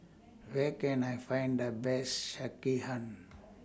Where Can I Find The Best Sekihan